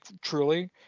truly